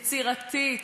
יצירתית,